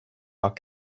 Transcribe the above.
are